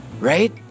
right